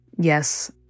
yes